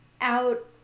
out